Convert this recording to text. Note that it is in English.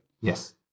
Yes